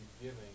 giving